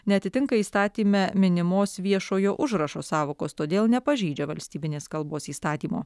neatitinka įstatyme minimos viešojo užrašo sąvokos todėl nepažeidžia valstybinės kalbos įstatymo